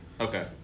Okay